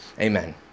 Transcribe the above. amen